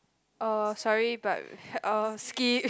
uh sorry but uh skip